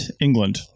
England